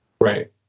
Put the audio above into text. Right